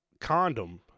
condom